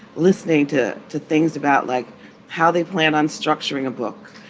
listening to to things about like how they plan on structuring a book,